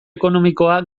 ekonomikoa